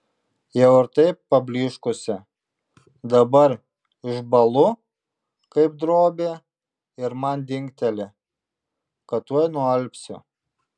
jau ir taip pablyškusi dabar išbąlu kaip drobė ir man dingteli kad tuoj nualpsiu